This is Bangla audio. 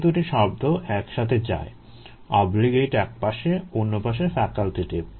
এ দুইটি শব্দ একসাথে যায় অব্লিগেইট একপাশে অন্য পাশে ফ্যাকাল্টেটিভ